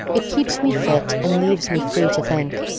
it keeps me fit and leaves me free to think.